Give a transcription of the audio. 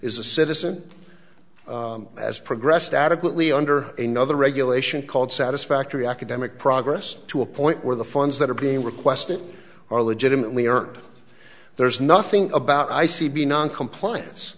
is a citizen has progressed adequately under another regulation called satisfactory academic progress to a point where the funds that are being requested are legitimately irked there's nothing about i c b noncompliance